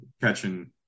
catching